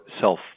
Self